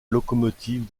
locomotive